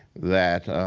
that